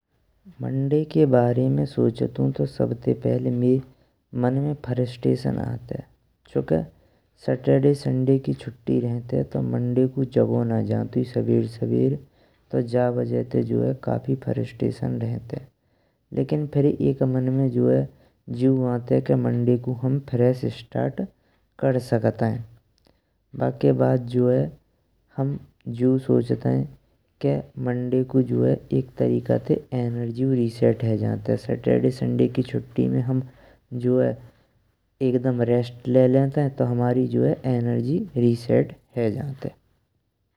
मंडे के बारे में सोचन्तु तो सबसे पहेल मइय में फ्रस्ट्रेशन आतेंये। चुंके सैटरडे संडे की छुट्टी रहंतेंये तो मंडे कु जागो ना जान्तुये स्बेर स्बेर तो जा वजह ते जो है फ्रस्ट्रेशन रहंतेंये। लेकिन फिर एक मन् में जो है जियु आँतेंये के मंडे कु हम फ्रेश स्टार्ट कर सकतें। बाके बाद जो है हम जियु सोचन्तेंये मंडे को जो है एक तरीका ते इनर्जी रिसेट है जान्तेंये। सैटरडे, संडे के छुट्टी में हम जो है एक दम रेस्ट ले लेतेंये तो हमारी जो है रिसेट है जान्तेंये।